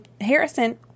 Harrison